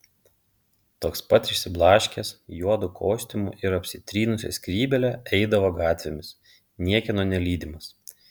toks pat išsiblaškęs juodu kostiumu ir apsitrynusia skrybėle eidavo gatvėmis niekieno nelydimas